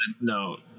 No